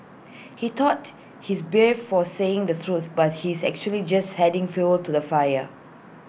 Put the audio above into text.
he thought he's brave for saying the truth but he's actually just adding fuel to the fire